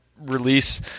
release